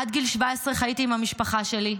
עד גיל 17 חייתי עם המשפחה שלי,